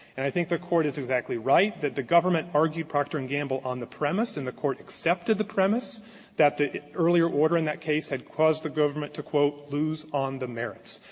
and i think the court is exactly right that the government argued procter and gamble on the premise, and the court accepted the premise that the earlier order in that case had caused the government to, quote, lose on the merits.